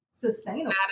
sustainable